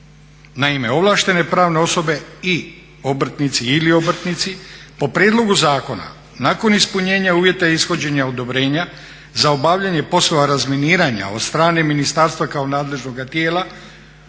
Naime, ovlaštene pravne osobe i obrtnici ili obrtnici po prijedlogu zakona nakon ispunjenja uvjeta ishođenja odobrenja za obavljanje poslova razminiranja od strane ministarstva kao nadležnoga tijela